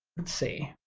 let's see,